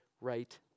right